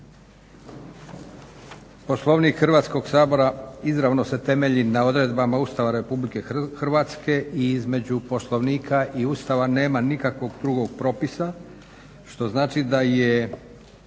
Poslovnik Hrvatskog sabora izravno se temelji na odredbama Ustava Republike Hrvatske i između Poslovnika i Ustava nema nikakvog drugog propisa što znači da je